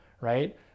right